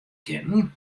kinnen